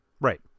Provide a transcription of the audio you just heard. Right